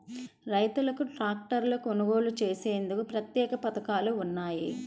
రైతులకు ట్రాక్టర్లు కొనుగోలు చేసేందుకు ప్రత్యేక పథకాలు ఉన్నాయా?